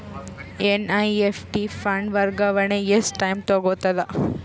NEFT fund ವರ್ಗಾವಣೆ ಎಷ್ಟ time ತೋಗೊತದ?